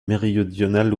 méridionale